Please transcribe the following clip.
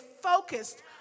focused